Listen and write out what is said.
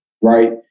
right